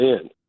end